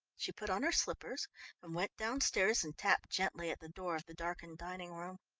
she put on her slippers and went downstairs and tapped gently at the door of the darkened dining-room.